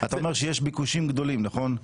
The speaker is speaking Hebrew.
אתה אומר שיש ביקושים גדולים, נכון?